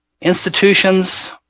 Institutions